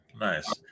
Nice